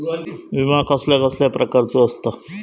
विमा कसल्या कसल्या प्रकारचो असता?